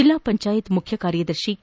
ಜಿಲ್ಲಾ ಪಂಚಾಯತ್ ಮುಖ್ಯ ಕಾರ್ಯದರ್ತಿ ಕೆ